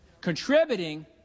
contributing